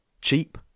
Cheap